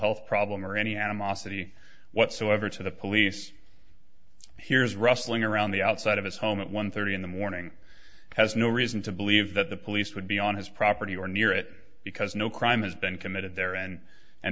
health problem or any animosity whatsoever to the police here is rustling around the outside of his home at one thirty in the morning has no reason to believe that the police would be on his property or near it because no crime has been committed there and and